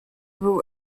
był